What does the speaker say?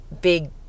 big